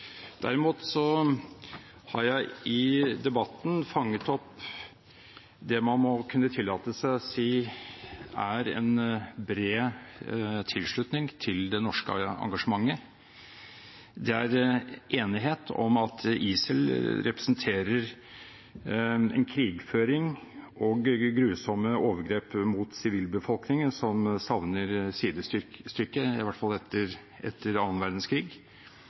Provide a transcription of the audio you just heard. Derimot har jeg i debatten fanget opp det man må kunne tillate seg å si er en bred tilslutning til det norske engasjementet. Det er enighet om at ISIL representerer en krigføring og grusomme overgrep mot sivilbefolkningen som savner sidestykke, i hvert fall etter annen verdenskrig.